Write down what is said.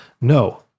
no